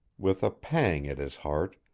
with a pang at his heart,